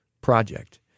project